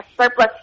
surplus